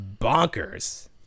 bonkers